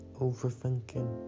overthinking